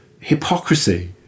hypocrisy